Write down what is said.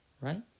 right